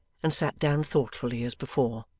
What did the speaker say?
and sat down thoughtfully as before.